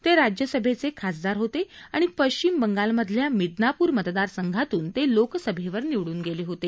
ते राज्यसभेचे खासदार होते आणि पश्चिम बंगालमधल्या मिदनापूर मतदारसंघातून ते लोकसभेवर निवडून गेले होते